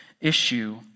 issue